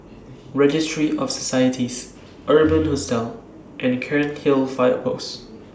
Registry of Societies Urban Hostel and Cairnhill Fire Post